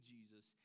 Jesus